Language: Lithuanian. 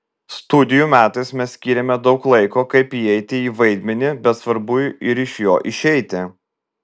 studijų metais mes skyrėme daug laiko kaip įeiti į vaidmenį bet svarbu ir iš jo išeiti